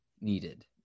needed